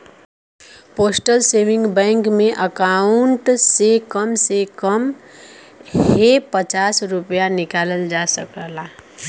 postal saving bank में account से कम से कम हे पचास रूपया निकालल जा सकता